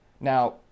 Now